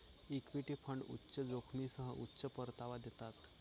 equity fund उच्च जोखमीसह उच्च परतावा देतात